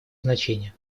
значение